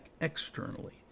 externally